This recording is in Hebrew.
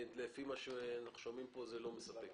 לפי מה שאנחנו שומעים פה זה לא מספק.